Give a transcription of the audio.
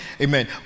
Amen